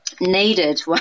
needed